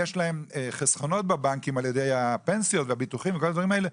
יש להם חסכונות בבנקים על ידי הפנסיות והביטוחים וכל הדברים האלה,